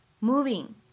moving